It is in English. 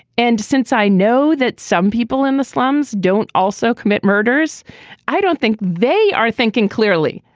and since i know that some people in the slums don't also commit murders i don't think they are thinking clearly.